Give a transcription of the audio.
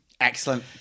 Excellent